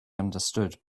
understood